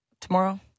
tomorrow